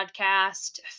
podcast